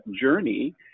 journey